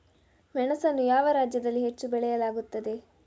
ಮೆಣಸನ್ನು ಯಾವ ರಾಜ್ಯದಲ್ಲಿ ಹೆಚ್ಚು ಬೆಳೆಯಲಾಗುತ್ತದೆ?